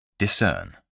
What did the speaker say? Discern